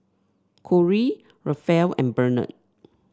Corry Raphael and Bernard